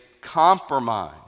compromise